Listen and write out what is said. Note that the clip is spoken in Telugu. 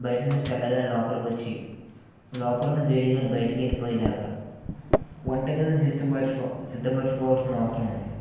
బయటున్న చల్ల గాలి లోపలకొచ్చి లోపలున్న వేడి గాలి బయటకెళ్ళిపోయే లాగా వంట గదిని సిద్దపరుచు సిద్దపరుచుకోవాల్సిన అవసరం ఉంది